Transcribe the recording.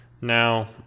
Now